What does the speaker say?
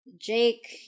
Jake